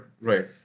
Right